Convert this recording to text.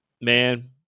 man